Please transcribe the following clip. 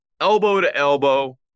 elbow-to-elbow